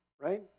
right